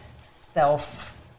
self